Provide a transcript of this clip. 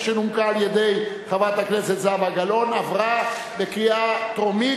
שנומקה על-ידי חברת הכנסת זהבה גלאון עברה בקריאה טרומית,